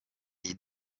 dei